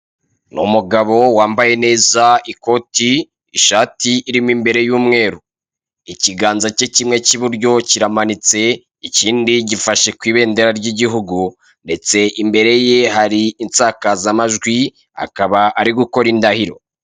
Numugabo wambaye neza ikoti ishati irimimbere yumweru ikiganza cye kimwe kiburyo kiramanitse ikindi gifashe kwibendera ry'igihugu, ndetse imbere ye hari insakazamajwi akaba ari gukora indahiro.